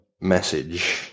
message